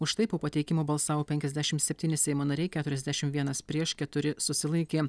už tai po pateikimo balsavo penkiasdešim septyni seimo nariai keturiasdešim vienas prieš keturi susilaikė